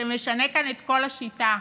שמשנה כאן את כל השיטה.